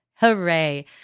Hooray